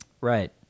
Right